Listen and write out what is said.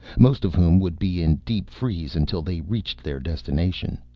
most of whom would be in deep freeze until they reached their destination.